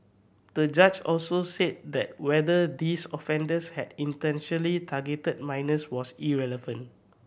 the judge also said that whether these offenders had intentionally targeted minors was irrelevant